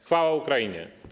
Chwała Ukrainie!